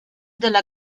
della